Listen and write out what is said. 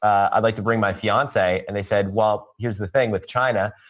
i'd like to bring my fiance, and they said, well, here's the thing with china,